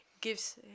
gives